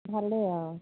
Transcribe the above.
ভালেই আৰু